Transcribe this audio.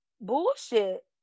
bullshit